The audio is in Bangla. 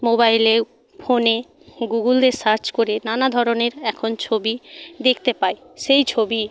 মোবাইলে ফোনে গুগুল দিয়ে সার্চ করে নানা ধরনের এখন ছবি দেখতে পাই সেই ছবি